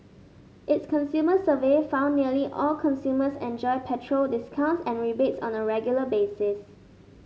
its consumer survey found nearly all consumers enjoy petrol discounts and rebates on a regular basis